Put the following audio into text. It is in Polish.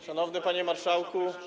Szanowny Panie Marszałku!